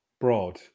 broad